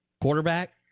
quarterback